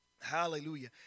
Hallelujah